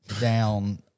down